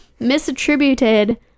misattributed